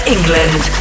England